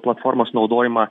platformos naudojimą